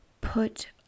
Put